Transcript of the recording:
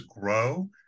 grow